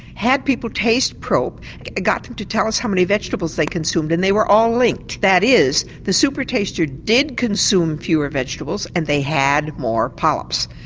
had people taste prop got them to tell us how many vegetables they consumed and they were all linked. that is the supertaster did consume fewer vegetables and they had more polyps.